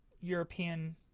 European